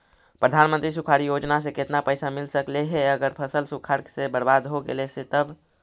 प्रधानमंत्री सुखाड़ योजना से केतना पैसा मिल सकले हे अगर फसल सुखाड़ से बर्बाद हो गेले से तब?